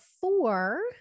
four